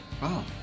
Wow